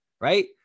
right